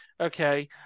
Okay